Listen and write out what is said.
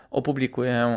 opublikuję